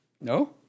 No